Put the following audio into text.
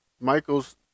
Michael's